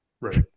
right